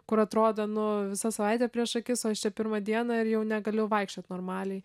kur atrodo nu visa savaitė prieš akis o aš čia pirmą dieną ir jau negaliu vaikščiot normaliai